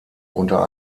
unter